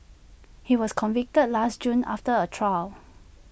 he was convicted last June after A trial